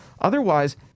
otherwise